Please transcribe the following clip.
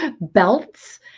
belts